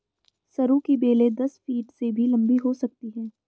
सरू की बेलें दस फीट से भी लंबी हो सकती हैं